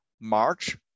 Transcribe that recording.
March